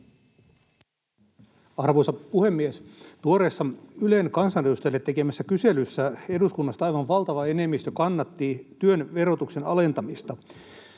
Arvoisa puhemies! Tuoreissa Ylen kansanedustajille tekemissä kyselyissä aivan valtava enemmistö eduskunnasta kannatti työn verotuksen alentamista.